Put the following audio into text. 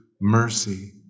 mercy